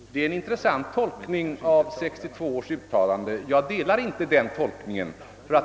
Detta är en intressant tolkning av 1962 års uttalande. Jag gillar inte den tolkningen.